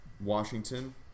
Washington